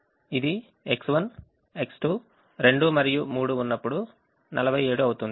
ఇది X1 X2 2 మరియు 3 ఉన్నప్పుడు 47 అవుతుంది